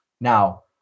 Now